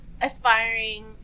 aspiring